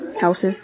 Houses